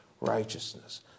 righteousness